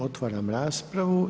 Otvaram raspravu.